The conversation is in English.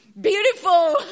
beautiful